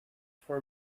for